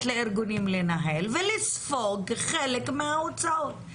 לארגונים לנהל ולספוג חלק מההוצאות,